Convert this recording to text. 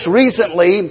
recently